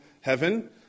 heaven